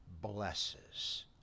blesses